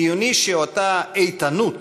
חיוני שאותה איתנות